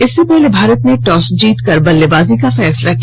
इससे पहले भारत ने टॉस जीतकर बल्लेंबाजी का फैसला किया